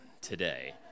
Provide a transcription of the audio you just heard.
today